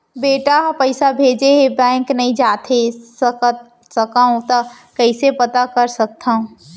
बेटा ह पइसा भेजे हे बैंक नई जाथे सकंव त कइसे पता कर सकथव?